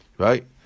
right